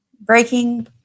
breaking